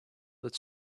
that